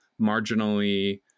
marginally